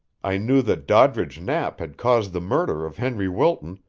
i knew that doddridge knapp had caused the murder of henry wilton,